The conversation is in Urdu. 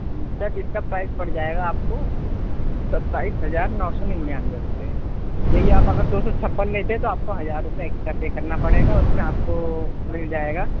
سر اِس كا پرائز پڑ جائے گا آپ كو ستائیس ہزار نو سو نِنیانوے روپئے یہی اگر دو سو چھپن لیتے تو آپ کو ہزار روپئے ایكسٹرا پے كرنا پڑے گا اُس میں آپ كو مِل جائے گا